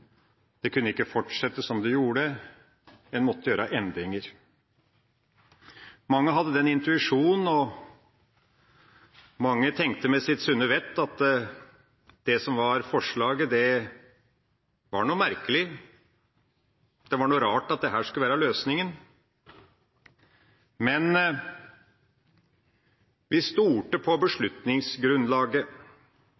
det ikke kunne fortsette som det gjorde. En måtte gjøre endringer. Mange hadde den intuisjon og tenkte med sitt sunne vett at det som var forslaget, var merkelig. Det var rart at dette skulle være løsningen. Men vi stolte på